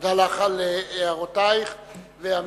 תודה לך על הערותייך ואמירתך.